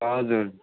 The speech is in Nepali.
हजुर